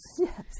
Yes